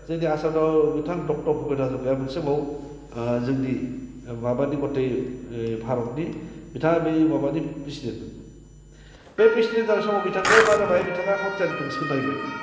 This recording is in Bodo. जोंनि आसामाव बिथां डक्टर भुपेन हाज'रिकाया मोनसे समाव जोंनि माबानि मथै भारतनि बिथाङा बे माबानि प्रेसिडेण्ट बे प्रेसिडेण्ट जानाय समाव बिथांखौ मा जाबाय बिथाङा नायबाय